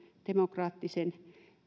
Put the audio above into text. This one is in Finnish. demokraattisen